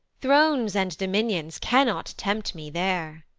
thrones and dominions cannot tempt me there.